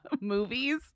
Movies